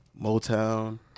Motown